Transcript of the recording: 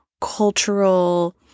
cultural